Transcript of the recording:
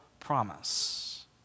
promise